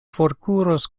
forkuros